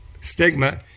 Stigma